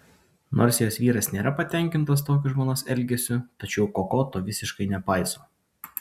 nors jos vyras nėra patenkintas tokiu žmonos elgesiu tačiau koko to visiškai nepaiso